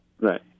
Right